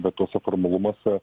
bet tuose formulumuose